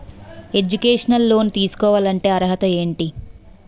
Educational loan తీసుకోవాలంటే అర్హత ఏంటి?